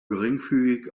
geringfügig